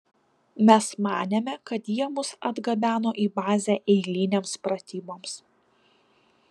mes manėme kad jie mus atgabeno į bazę eilinėms pratyboms